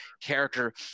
character